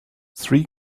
three